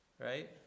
Right